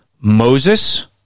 Moses